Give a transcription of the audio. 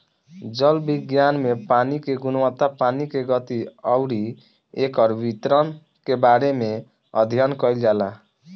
जल विज्ञान में पानी के गुणवत्ता पानी के गति अउरी एकर वितरण के बारे में अध्ययन कईल जाला